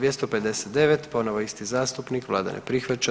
259. ponovo isti zastupnik, vlada ne prihvaća.